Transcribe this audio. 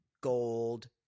gold